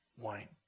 wine